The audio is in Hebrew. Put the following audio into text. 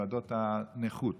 ועדות הנכות